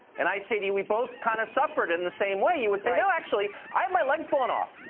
and i say to you we both kind of suffered in the same way. you would say no, actually i have my legs blown off.